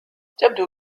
تبدو